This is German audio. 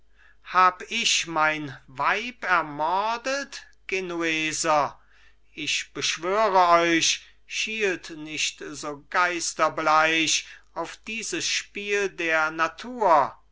hab ich mein weib ermordet genueser ich beschwöre euch schielt nicht so geisterbleich auf dieses spiel der natur